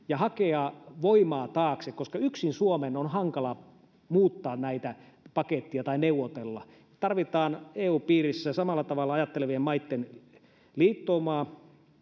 ja hakea voimaa taakse koska yksin suomen on hankala muuttaa näitä paketteja tai neuvotella tarvitaan eu piirissä samalla tavalla ajattelevien maitten liittoumaa